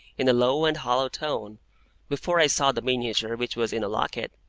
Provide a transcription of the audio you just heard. in a low and hollow tone before i saw the miniature, which was in a locket